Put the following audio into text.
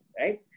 Right